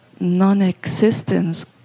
non-existence